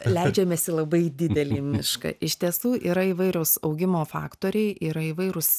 leidžiamės į labai didelį mišką iš tiesų yra įvairūs augimo faktoriai yra įvairūs